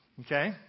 okay